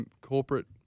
corporate